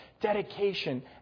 dedication